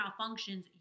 malfunctions